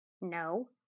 No